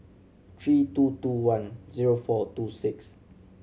three two two one zero four two six